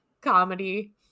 comedy